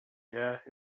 yeah